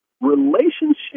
relationship